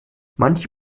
manche